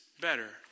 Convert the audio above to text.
better